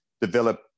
develop